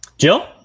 Jill